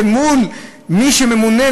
ומול מי שממונה,